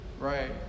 Right